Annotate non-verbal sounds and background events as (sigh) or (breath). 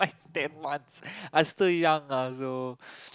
ten months (breath) I still young lah so